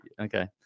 okay